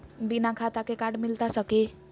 बिना खाता के कार्ड मिलता सकी?